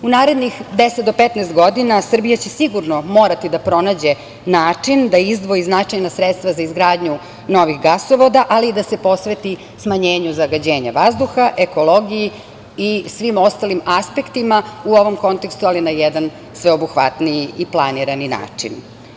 U narednih 10 do 15 godina Srbija će sigurno morati da pronađe način da izdvoji značajna sredstva za izgradnju novih gasovoda, ali i da se posveti smanjenju zagađenja vazduha, ekologiji i svim ostalim aspektima u ovom kontekstu, ali na jedan sveobuhvatniji i planirani način.